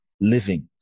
living